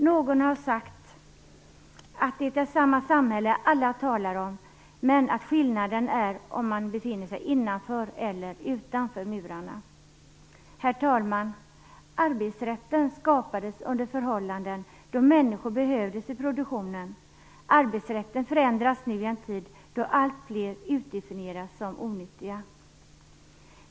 Någon har sagt att det är samma samhälle alla talar om, men att skillnaden är om man befinner sig innanför eller utanför murarna. Herr talman! Arbetsrätten skapades under förhållanden då människor behövdes i produktionen. Arbetsrätten förändras nu i en tid då alltfler utdefinieras som onyttiga.